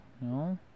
No